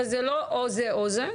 אבל זה לא או זה או זה,